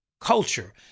culture